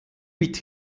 mit